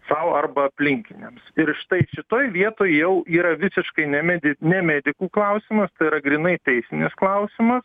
sau arba aplinkiniams ir štai šitoj vietoj jau yra visiškai nemedi ne medikų klausimas tai yra grynai teisinis klausimas